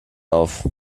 auf